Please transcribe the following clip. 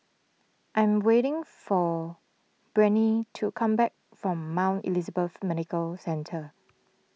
I am waiting for Brittnee to come back from Mount Elizabeth Medical Centre